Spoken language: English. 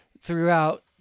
throughout